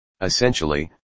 Essentially